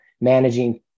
managing